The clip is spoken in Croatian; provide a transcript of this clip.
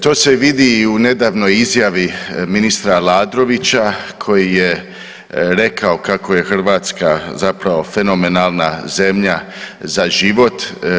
To se vidi i u nedavnoj izjavi ministra Aladrovića koji je rekao kako je Hrvatska zapravo fenomenalna zemlja za život.